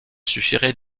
suffirait